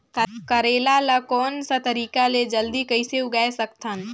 करेला ला कोन सा तरीका ले जल्दी कइसे उगाय सकथन?